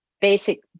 basic